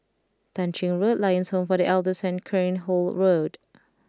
Tah Ching Road Lions Home for The Elders and Cairnhill Road